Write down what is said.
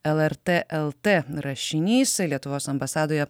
lrt lt rašinys lietuvos ambasadoje